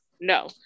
no